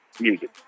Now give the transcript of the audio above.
music